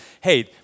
hey